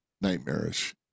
nightmarish